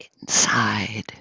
inside